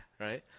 right